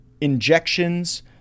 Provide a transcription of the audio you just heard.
injections